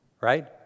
Right